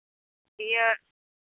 ᱤᱭᱟᱹ